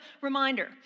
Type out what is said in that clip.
reminder